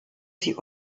sie